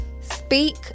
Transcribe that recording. Speak